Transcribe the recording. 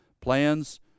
Plans